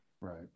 Right